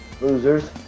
losers